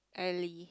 Elly